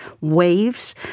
waves